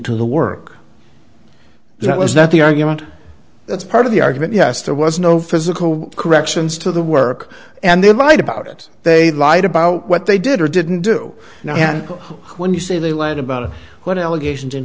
to the work that was not the argument that's part of the argument yes there was no physical corrections to the work and they lied about it they lied about what they did or didn't do when you say they led about what allegations in